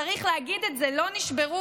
צריך להגיד את זה, לא נשברו.